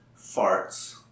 farts